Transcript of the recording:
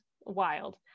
wild